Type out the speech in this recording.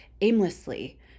aimlessly